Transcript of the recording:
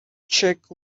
check